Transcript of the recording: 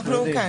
כן.